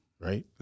Right